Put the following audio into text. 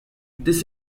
this